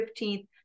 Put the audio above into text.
15th